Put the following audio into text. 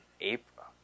April